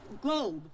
globe